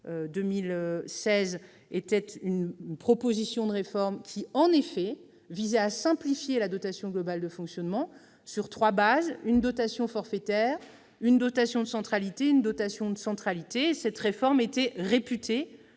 2016 était une proposition de réforme qui, en effet, visait à simplifier la DGF en la faisant reposer sur trois bases : une dotation forfaitaire, une dotation de centralité, une dotation de ruralité. Cette réforme était réputée